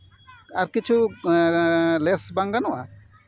ᱟᱨ ᱠᱤᱪᱷᱩ ᱞᱮᱹᱥ ᱵᱟᱝ ᱜᱟᱱᱚᱜᱼᱟ